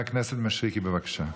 חבר הכנסת מישרקי, בבקשה.